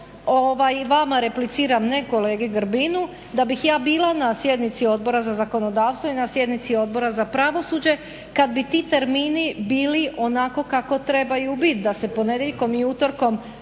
vama repliciram ne kolegi Grbinu, da bih ja bila na sjednici Odbora za zakonodavstvo i na sjednici Odbora za pravosuđe kad bi ti termini bili onako kako trebaju bit, da se ponedjeljkom i utorkom